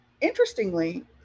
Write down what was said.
interestingly